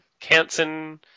Canson